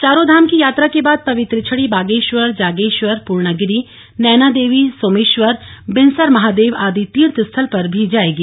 चारों धाम की यात्रा के बाद पवित्र छड़ी बागेश्वर जागेश्वर पूर्णगिरि नैनादेवी सोमेश्वर बिनसर महादेव आदि तीर्थ स्थल पर भी जायेगी